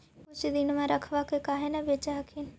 कुछ दिनमा रखबा के काहे न बेच हखिन?